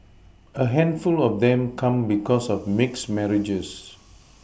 a handful of them come because of mixed marriages